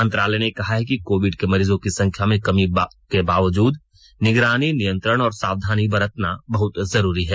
मंत्रालय ने कहा है कि कोविड के मरीजों की संख्या में कमी के बावजूद निगरानी नियंत्रण और सावधानी बरतना बहुत जरूरी है